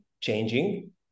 changing